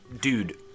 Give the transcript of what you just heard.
dude